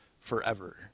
forever